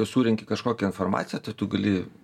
surenki kažkokią informaciją tai tu gali